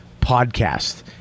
podcast